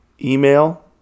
email